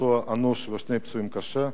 פצוע אנוש ושני פצועים קשה,